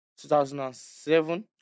2007